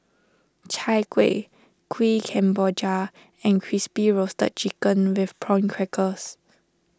Chai Kueh Kuih Kemboja and Crispy Roasted Chicken with Prawn Crackers